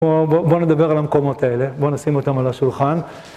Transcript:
בואו נדבר על המקומות האלה, בואו נשים אותם על השולחן.